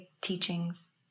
teachings